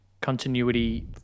Continuity